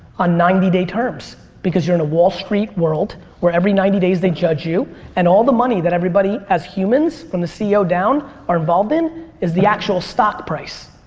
on ninety day terms. because you're in a wall street world where every ninety days they judge you and all the money that everybody has humans from the ceo down are involved in is the actual stock price.